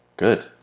good